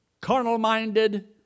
carnal-minded